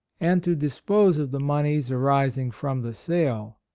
and to dispose of the moneys arising from the sale.